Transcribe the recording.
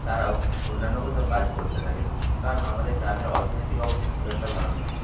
তারাও অন্যান্য কোথাও কাজ করতে থাকে কারণ আমাদের গ্রামের অর্থনৈতিক অবস্থা খুব একটা ভালো নয়